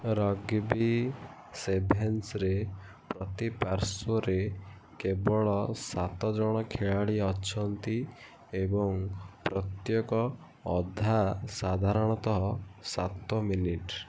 rugby ସେଭେନ୍ସରେ ପ୍ରତି ପାର୍ଶ୍ୱରେ କେବଳ ସାତଜଣ ଖେଳାଳି ଅଛନ୍ତି ଏବଂ ପ୍ରତ୍ୟେକ ଅଧା ସାଧାରଣତଃ ସାତ ମିନିଟ୍